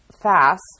fast